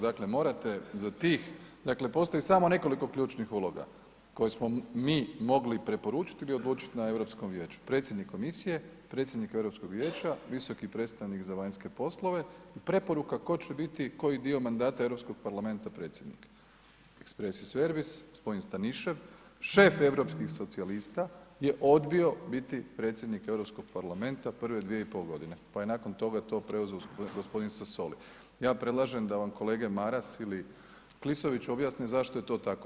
Dakle morate za tih, dakle postoji samo nekoliko ključnih uloga koje smo mi mogli preporučili ili odlučiti na Europskom vijeću, predsjednik komisije, predsjednik Europskog vijeća, visoki predstavnik za vanjske poslove i preporuka tko će biti koji dio mandata Europskog parlamenta predsjednik, ekspresi servis gospodin Stanišev, šef europskih socijalista je odbio biti predsjednik Europskog parlamenta prve dvije i pol godine pa je nakon toga to preuzeo gospodin Sosoli, ja predlažem da vam kolege Maras ili Klisović objasne zašto je to tako.